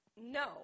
No